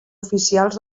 oficials